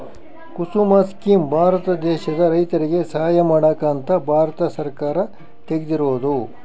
ಕುಸುಮ scheme Bharat ದೇಶದ ರೈತರಿಗೆ ಸಹಾಯ ಮಾಡಕ ಅಂತ ಭಾರತ ಸರ್ಕಾರ ತೆಗ್ದಿರೊದು